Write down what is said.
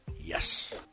Yes